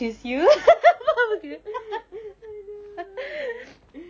aduhai